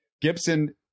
Gibson